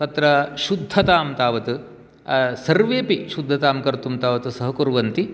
तत्र शुद्धतां तावत् सर्वेऽपि शुद्धतां कर्तुं तावत् सहकुर्वन्ति